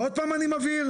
ועוד פעם אני מבהיר,